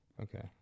Okay